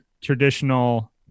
traditional